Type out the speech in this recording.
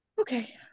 Okay